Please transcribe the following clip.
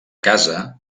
casa